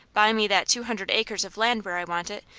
buy me that two hundred acres of land where i want it,